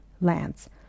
lands